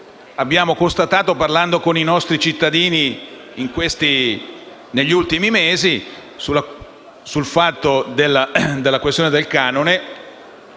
abbiamo constatato parlando con i nostri cittadini negli ultimi mesi sulla questione del canone,